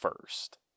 first